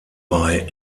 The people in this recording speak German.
bei